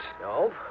No